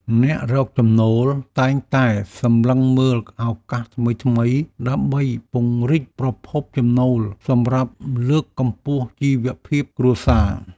អ្នករកចំណូលតែងតែសម្លឹងមើលឱកាសថ្មីៗដើម្បីពង្រីកប្រភពចំណូលសម្រាប់លើកកម្ពស់ជីវភាពគ្រួសារ។